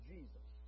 Jesus